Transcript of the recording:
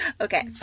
Okay